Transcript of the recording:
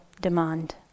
demand